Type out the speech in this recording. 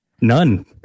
None